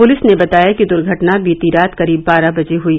police ने बताया कि दुर्घटना बीती रात करीब बारह बजे हुई